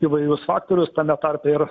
įvairius faktorius tame tarpe ir